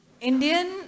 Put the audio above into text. Indian